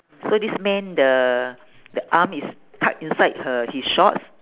so this man the the arm is tuck inside her his shorts